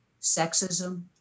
sexism